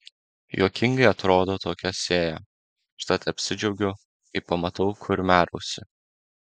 juokingai atrodo tokia sėja užtat apsidžiaugiu kai pamatau kurmiarausį